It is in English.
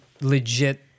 legit